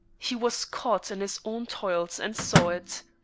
he was caught in his own toils and saw it.